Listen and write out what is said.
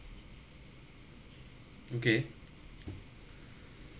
okay